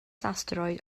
asteroid